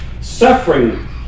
suffering